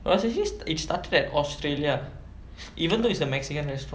it was actually it started in australia even though it's a mexican restaurant